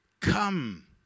come